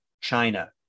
China